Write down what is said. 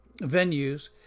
venues